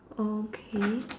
okay